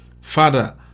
Father